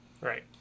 right